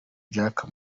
jack